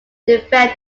defend